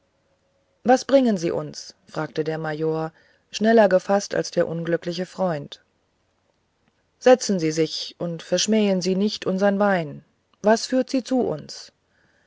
was bringen sie uns erwiderte der major schneller gefaßt als der unglückliche freund setzen sie sich und verschmähen sie nicht unsern wein was führt sie zu uns